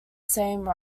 same